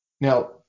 now